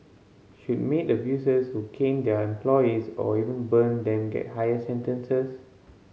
should maid abusers who cane their employees or even burn them get higher sentences